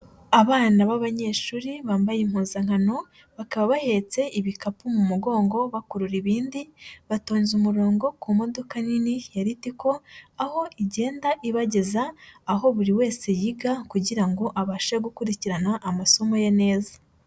Abana b'abanyeshuri bambaye impuzankano, bakaba bahetse ibikapu mu mugongo bakurura ibindi, batonze umurongo ku modoka nini ya Ritico, aho igenda ibageza, aho buri wese yiga kugira ngo abashe gukurikirana amasomo ye neza.